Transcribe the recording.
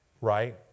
Right